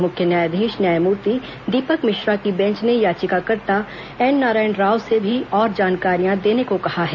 मुख्य न्यायाधीश न्यायमूर्ति दीपक मिश्रा की बेंच ने याचिकाकर्ता एन नारायण राव से और जानकारियां देने को कहा है